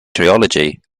trilogy